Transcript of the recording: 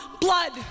blood